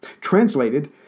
Translated